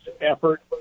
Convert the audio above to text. effort